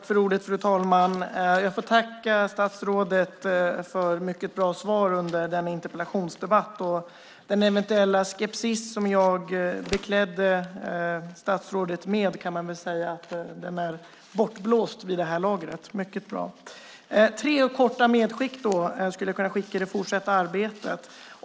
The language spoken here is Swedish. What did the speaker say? Fru talman! Jag får tacka statsrådet för mycket bra svar under interpellationsdebatten. Den eventuella skepsis som jag beklädde statsrådet med är vid det här laget bortblåst. Det är mycket bra. Jag vill göra tre korta medskick till det fortsatta arbetet.